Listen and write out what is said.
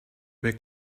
big